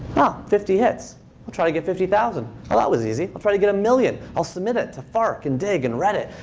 ah fifty hits i'll try to get fifty thousand. well, that was easy. i'll try to get a million. i'll submit it to fark and digg and reddit.